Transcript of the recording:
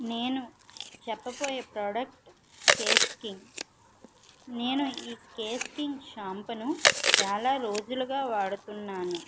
నేను చెప్పబోయే ప్రోడక్ట్ కేస్ కింగ్ నేను ఈ కేస్ కింగ్ షాంప్ను చాలా రోజులుగా వాడుతున్నాను